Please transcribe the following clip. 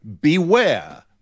beware